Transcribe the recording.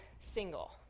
single